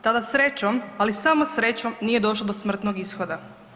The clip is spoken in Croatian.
Tada srećom, ali samo srećom nije došlo do smrtnog ishoda.